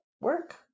work